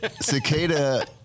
Cicada